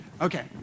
Okay